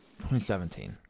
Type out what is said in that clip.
2017